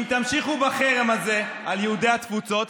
אם תמשיכו בחרם הזה על יהודי התפוצות,